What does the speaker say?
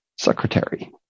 secretary